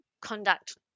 conduct